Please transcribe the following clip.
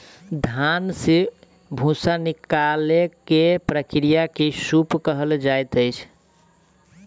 धान से भूस्सा निकालै के प्रक्रिया के सूप कहल जाइत अछि